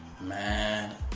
Man